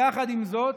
יחד עם זאת,